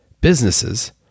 businesses